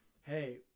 Hey